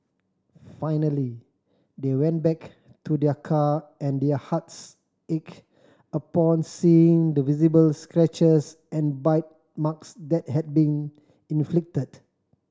finally they went back to their car and their hearts ached upon seeing the visible scratches and bite marks that had been inflicted